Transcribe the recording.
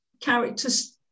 characters